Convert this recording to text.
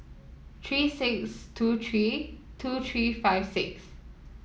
three six two three two three five six